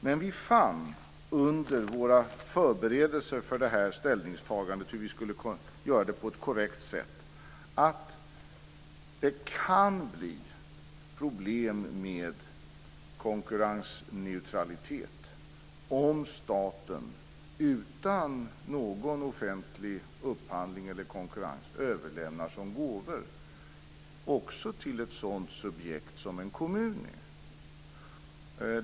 Men vi fann under våra förberedelser inför ställningstagandet - vi skulle göra det på ett korrekt sätt - att det kan bli problem med konkurrensneutralitet om staten utan någon offentlig upphandling eller konkurrens överlämnar gåvor också till ett sådant subjekt som en kommun.